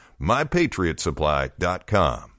MyPatriotsupply.com